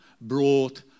brought